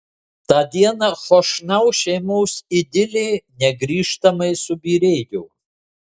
tą dieną chošnau šeimos idilė negrįžtamai subyrėjo